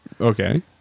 Okay